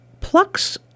plucks